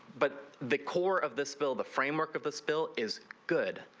but the core of this bill the framework of this bill is good.